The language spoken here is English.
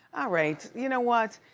ah right, you know what?